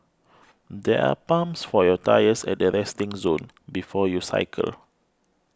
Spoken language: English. there are pumps for your tyres at the resting zone before you cycle